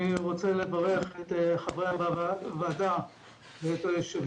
אני רוצה לברך את חברי הוועדה ואת היושב